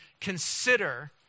consider